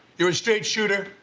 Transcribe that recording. you're a straight shooter.